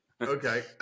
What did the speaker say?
Okay